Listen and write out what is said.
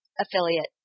affiliate